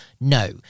no